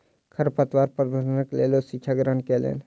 खरपतवार प्रबंधनक लेल ओ शिक्षा ग्रहण कयलैन